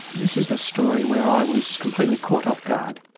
this is a story where i was completely caught off guard.